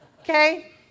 okay